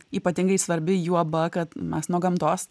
ypatingai svarbi juoba kad mes nuo gamtos